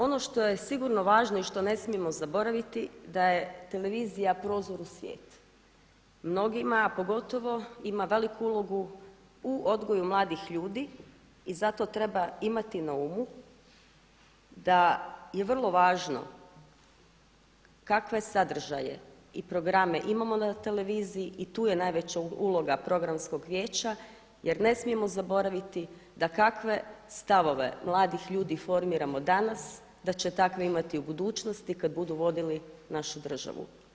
Ono što je sigurno važno i što ne smijemo zaboraviti da je televizija prozor u svijet mnogima, a pogotovo ima veliku ulogu u odgoju mladih ljudi i zato treba imati na umu da je vrlo važno kakve sadržaje i programe imamo na televiziji i tu je najveća uloga Programskog vijeća jer ne smijemo zaboraviti da kakve stavove mladih ljudi formiramo danas, da će takve imati u budućnosti kad budu vodili našu državu.